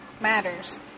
matters